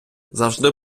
завжди